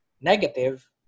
negative